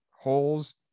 holes